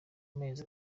mezi